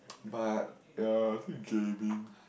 but the gaming